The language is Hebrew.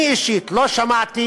אני אישית, לא שמעתי